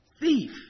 thief